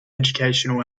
educational